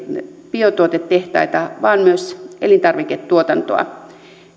biotuotetehtaita vaan myös elintarviketuotantoa